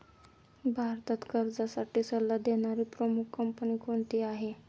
भारतात कर्जासाठी सल्ला देणारी प्रमुख कंपनी कोणती आहे?